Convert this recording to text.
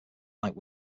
light